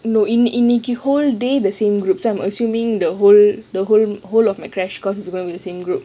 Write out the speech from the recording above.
no in இன்னெக்கி:inneki whole day the same group so I'm assuming the whole the whole whole of my crash course is with this group